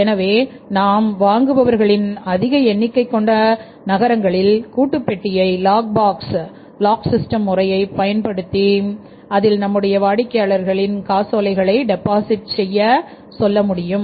எனவே நாம் வாங்குபவர்களின்அதிக எண்ணிக்கை கொண்ட நகரங்களில் கூட்டு பெட்டியை லாக்பாக்ஸ் லாக் சிஸ்டம் முறையை பயன்படுத்தி அதில் நம்முடைய வாடிக்கையாளர்களின் காசோலைகளை டெபாசிட் செய்யச் சொல்ல முடியும்